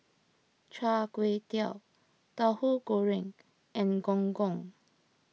Char Kway Teow Tauhu Goreng and Gong Gong